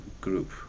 group